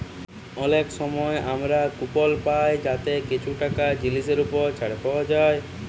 অলেক সময় আমরা কুপল পায় যাতে কিছু টাকা জিলিসের উপর ছাড় পাউয়া যায়